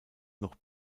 noch